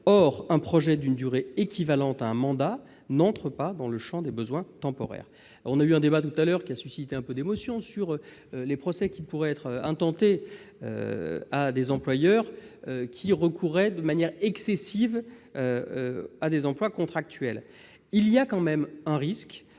Or un projet d'une durée équivalente à un mandat n'entre pas dans le champ des besoins temporaires. Nous avons eu un débat qui a suscité un peu d'émotion sur les procès qui pourraient être intentés à des employeurs recourant de manière excessive à des emplois contractuels. Le risque